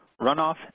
runoff